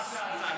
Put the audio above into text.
מה השעה, אמסלם?